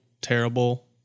terrible